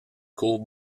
courts